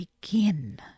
begin